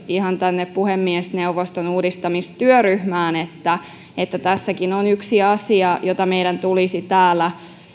ihan puhemiesneuvoston uudistamistyöryhmään että että tässäkin on yksi asia jota meidän tulisi täällä